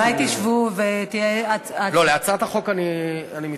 אז אולי תשבו, לא, להצעת החוק אני מתנגד.